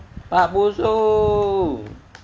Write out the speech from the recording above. pak usu